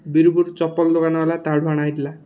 ବିରପୁରୁ ଚପଲ ଦୋକାନ ହେଲା ତା'ଠୁ ଅଣା ହେଇଥିଲା